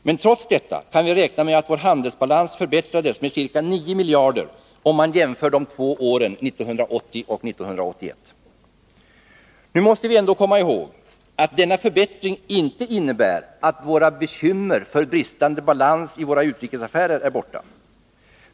Men trots detta kan vi, om vi jämför de två åren 1980 och 1981, räkna med att vår handelsbalans förbättrades med ca 9 miljarder. Vi måste ändå komma ihåg att denna förbättring inte innebär att våra bekymmer för bristande balans i våra utrikesaffärer är borta.